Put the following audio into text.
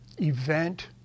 event